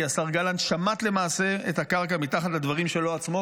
כי השר גלנט שמט למעשה את הקרקע מתחת לדברים שלו עצמו,